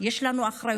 יש לנו אחריות.